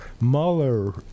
Mueller